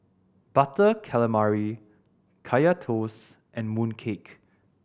Butter Calamari Kaya Toast and mooncake